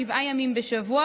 שבעה ימים בשבוע,